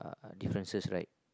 differences right